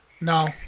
No